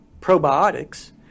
probiotics